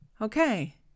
okay